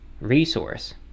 resource